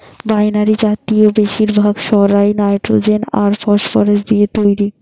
binary জাতের বেশিরভাগ সারই নাইট্রোজেন আর ফসফরাস দিয়ে তইরি